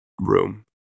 room